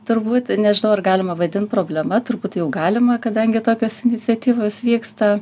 turbūt nežinau ar galima vadint problema turbūt jau galima kadangi tokios iniciatyvos vyksta